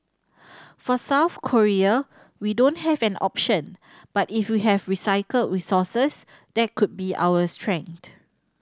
for South Korea we don't have an option but if we have recycled resources that could be our strength